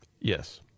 Yes